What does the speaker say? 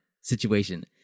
situation